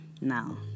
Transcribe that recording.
Now